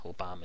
Obama